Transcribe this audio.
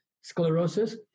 sclerosis